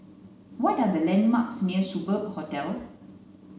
what are the landmarks near Superb Hotel